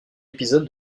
épisode